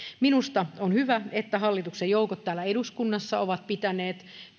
minusta on hyvä että hallituksen joukot täällä eduskunnassa ovat pitäneet